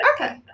Okay